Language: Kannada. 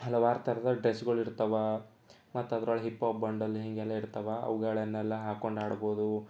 ಹಲವಾರು ಥರದ ಡ್ರೆಸ್ಗಳು ಇರ್ತವೆ ಮತ್ತದರೊಳಗೆ ಹಿಪ್ ಹಾಪ್ ಬಂಡಲ್ ಹೀಗೆಲ್ಲ ಇರ್ತವೆ ಅವುಗಳನ್ನೆಲ್ಲ ಹಾಕ್ಕೊಂಡು ಆಡ್ಬೋದು